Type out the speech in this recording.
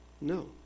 No